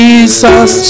Jesus